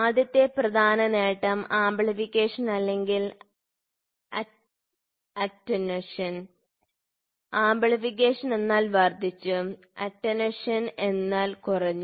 ആദ്യത്തെ പ്രധാന നേട്ടം ആംപ്ലിഫിക്കേഷൻ അല്ലെങ്കിൽ അറ്റെന്വഷൻ ആംപ്ലിഫിക്കേഷൻ എന്നാൽ വർദ്ധിച്ചു അറ്റെന്വഷൻ കുറയുന്നു